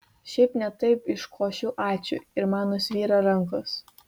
šiaip ne taip iškošiu ačiū ir man nusvyra rankos